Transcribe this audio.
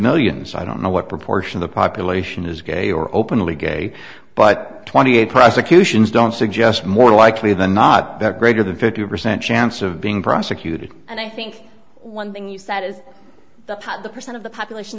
millions i don't know what proportion of the population is gay or openly gay but twenty eight prosecutions don't suggest more likely than not that greater than fifty percent chance of being prosecuted and i think one thing you said is the part of the percent of the population